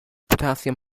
potassium